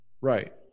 Right